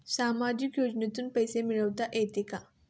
सामाजिक योजनेतून पैसे मिळतात का?